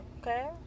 okay